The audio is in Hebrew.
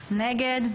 נגד?